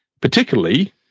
Particularly